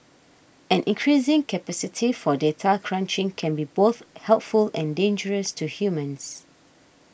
an increasing capacity for data crunching can be both helpful and dangerous to humans